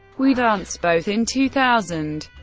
we danced, both in two thousand.